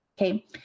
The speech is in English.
Okay